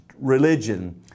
religion